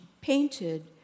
painted